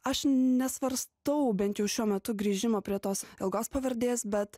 aš nesvarstau bent jau šiuo metu grįžimo prie tos ilgos pavardės bet